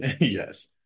Yes